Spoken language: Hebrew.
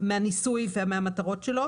מהניסוי ומהמטרות שלו.